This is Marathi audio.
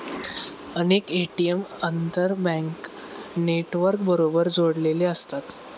अनेक ए.टी.एम आंतरबँक नेटवर्कबरोबर जोडलेले असतात